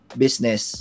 business